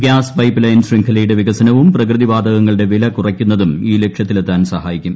gas pipeline ശൃംഖലയുടെ വികസനവും പ്രകൃതിവാതകങ്ങളുടെ വില കുറയ്ക്കുന്നതും ഈ ലക്ഷ്യത്തിലെത്താൻ സഹായിക്കും